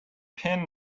pin